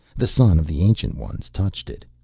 the son of the ancient ones touched it.